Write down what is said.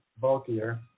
bulkier